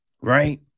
Right